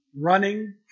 running